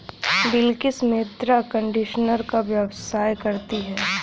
बिलकिश मृदा कंडीशनर का व्यवसाय करती है